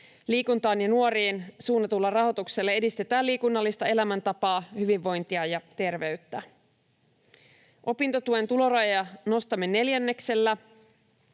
Liikuntaan ja nuoriin suunnatulla rahoituksella edistetään liikunnallista elämäntapaa, hyvinvointia ja terveyttä. Opintotuen tulorajoja nostamme neljänneksellä.